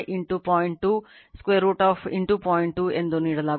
2 ಎಂದು ನೀಡಲಾಗುತ್ತದೆ